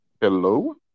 Hello